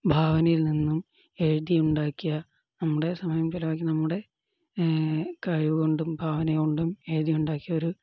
ഭാവനയിൽ നിന്നും എഴുതിയുണ്ടാക്കിയ നമ്മുടെ സമയം ചെലവാക്കി നമ്മുടെ കഴിവുകൊണ്ടും ഭാവന കൊണ്ടും എഴുതിയുണ്ടാക്കിയ ഒരു